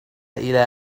إلى